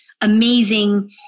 amazing